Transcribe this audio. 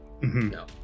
No